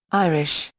irish,